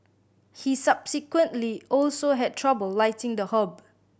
he subsequently also had trouble lighting the hob